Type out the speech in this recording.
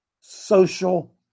social